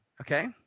Okay